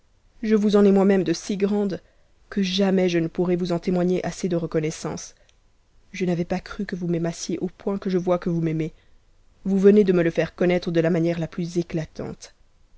je us en ai moi-même de si grandes que jamais je ne pourrai vous en témoit mer assez de reconnaissance je n'avais pas cru que vous m'aimassiez au pm je vois que vous m'aimez vous venez de me le faire connaître manière la plus éclatante